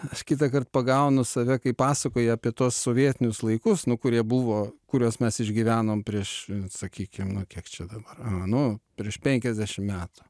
aš kitąkart pagaunu save kai pasakoju apie tuos sovietinius laikus nu kurie buvo kuriuos mes išgyvenom prieš sakykim nu kiek čia dabar nu prieš penkiasdešim metų